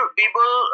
people